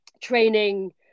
training